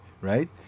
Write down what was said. right